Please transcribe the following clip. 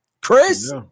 chris